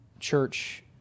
church